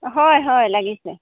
হয় হয় লাগিছে